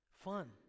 fun